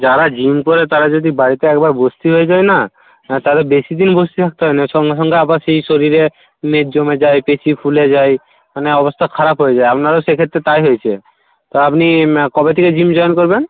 যারা জিম করে তারা যদি বাড়িতে একবার বস্তি হয়ে যায় না হ্যাঁ তারা বেশিদিন বস্তি থাকতে না সঙ্গে সঙ্গে আবার সেই শরীরে মেদ জমে যায় পেশী ফুলে যায় মানে অবস্থা খারাপ হয়ে যায় আপনারও সেক্ষেত্রে তাই হয়েছে তো আপনি কবে থেকে জিম জয়েন করবেন